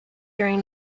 during